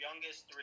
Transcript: Youngest